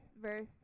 verse